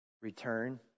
Return